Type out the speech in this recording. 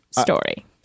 story